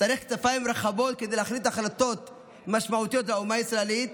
שצריך כתפיים רחבות כדי להחליט החלטות משמעותיות לאומה הישראלית.